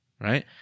right